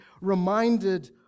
reminded